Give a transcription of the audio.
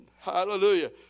Hallelujah